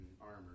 armor